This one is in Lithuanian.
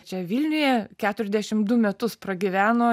čia vilniuje keturdešimt du metus pragyveno